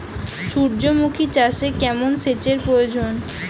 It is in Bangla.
সূর্যমুখি চাষে কেমন সেচের প্রয়োজন?